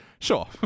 Sure